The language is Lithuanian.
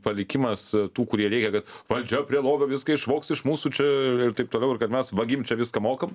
palikimas tų kurie rėkia kad valdžia prie lovio viską išvogs iš mūsų čia ir taip toliau ir kad mes vagim čia viską mokam